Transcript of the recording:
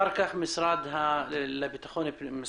אנחנו